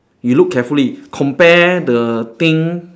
you look carefully compare the thing